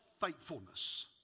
faithfulness